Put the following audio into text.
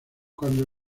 cuando